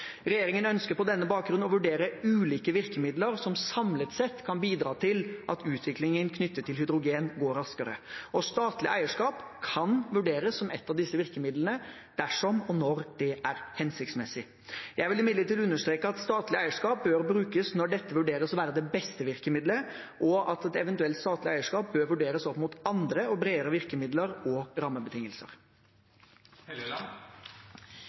Regjeringen ønsker på denne bakgrunn å vurdere ulike virkemidler som samlet sett kan bidra til at utviklingen knyttet til hydrogen går raskere, og statlig eierskap kan vurderes som et av disse virkemidlene dersom og når det er hensiktsmessig. Jeg vil imidlertid understreke at statlig eierskap bør brukes når dette vurderes å være det beste virkemiddelet, og at et eventuelt statlig eierskap bør vurderes opp mot andre og bredere virkemidler og